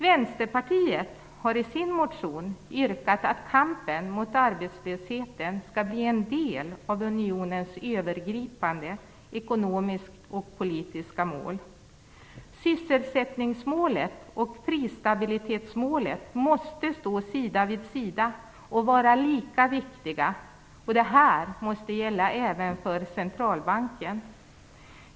Vänsterpartiet har i sin motion yrkat att kampen mot arbetslösheten skall bli en del av unionens övergripande ekonomiska och politiska mål. Sysselsättningsmålet och prisstabilitetsmålet måste stå sida vid sida och vara lika viktiga. Detta måste gälla även för Centralbanken.